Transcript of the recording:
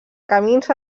camins